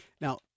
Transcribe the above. Now